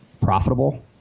profitable